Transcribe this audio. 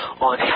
on